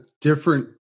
different